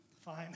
fine